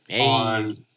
on –